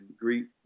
greet